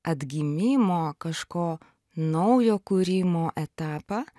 atgimimo kažko naujo kūrimo etapą